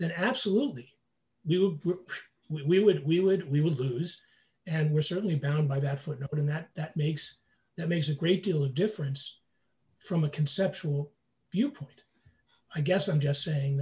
then absolutely you we would we would we would lose and we're certainly bound by that footnote in that that makes that makes a great deal of difference from a conceptual viewpoint i guess i'm just saying